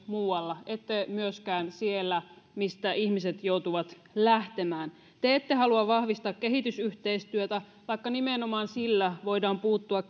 muualla eivät myöskään siellä mistä ihmiset joutuvat lähtemään te ette halua vahvistaa kehitysyhteistyötä vaikka nimenomaan sillä voidaan puuttua